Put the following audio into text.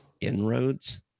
Inroads